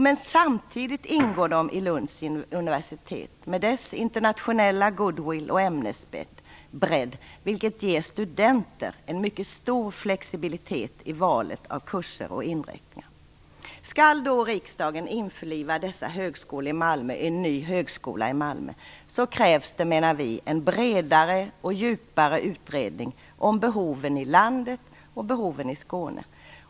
Men de ingår samtidigt i Lunds universitet med dess internationella goodwill och ämnesbredd, vilket ger studenter en mycket stor flexibilitet i valet av kurser och inrättningar. Skall riksdagen införliva dessa högskolor i Malmö i en ny högskola i Malmö menar vi att det krävs en bredare och djupare utredning om behoven i landet och behoven i Skåne.